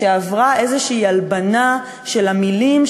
שעברה איזושהי הלבנה של המילים,